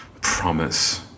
promise